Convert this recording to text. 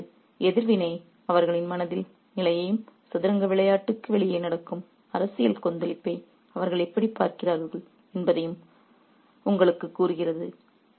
எனவே இது எதிர்வினை அவர்களின் மனதின் நிலையையும் சதுரங்க விளையாட்டுக்கு வெளியே நடக்கும் அரசியல் கொந்தளிப்பை அவர்கள் எப்படிப் பார்க்கிறது என்பதையும் உங்களுக்குக் கூறுகிறது